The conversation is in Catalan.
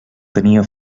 tenia